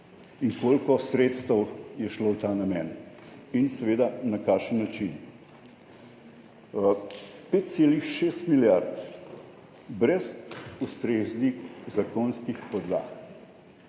koliko sredstev je šlo v ta namen in seveda na kakšen način. 5,6 milijarde brez ustreznih zakonskih podlag.